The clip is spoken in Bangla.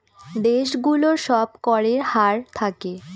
দেশ গুলোর সব করের হার থাকে